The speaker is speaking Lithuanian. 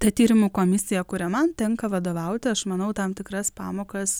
ta tyrimų komisija kurią man tenka vadovauti aš manau tam tikras pamokas